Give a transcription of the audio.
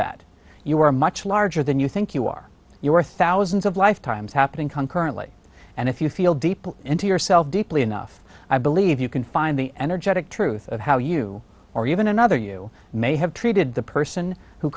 that you are much larger than you think you are you are thousands of lifetimes happening concurrently and if you feel deep into yourself deeply enough i believe you can find the energetic truth of how you or even another you may have treated the person who